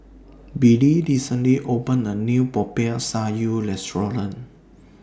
Billie recently opened A New Popiah Sayur Restaurant